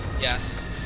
Yes